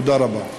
תודה רבה.